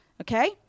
Okay